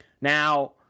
Now